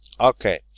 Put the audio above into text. Okay